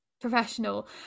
professional